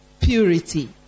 purity